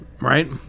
right